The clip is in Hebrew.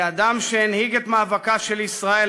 כאדם שהנהיג את מאבקה של ישראל,